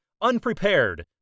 Unprepared